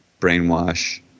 brainwash